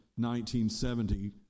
1970